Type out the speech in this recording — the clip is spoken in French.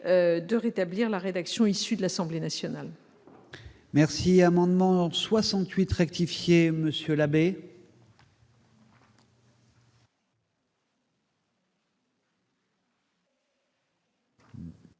de rétablir la rédaction de l'Assemblée nationale.